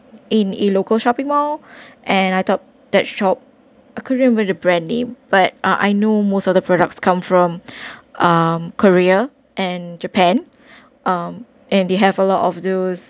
in a local shopping mall and I thought that shop I couldn't remember the brand name but I I know most of the products come from um korea and japan um and they have a lot of those